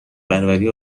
پروری